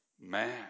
man